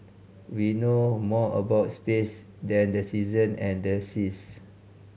we know more about space than the season and the seas